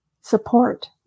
support